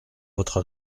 votre